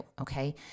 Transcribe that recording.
Okay